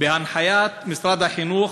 בהנחיית משרד החינוך,